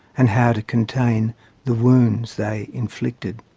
and how to contain the wounds they inflicted.